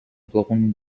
blown